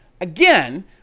Again